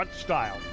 style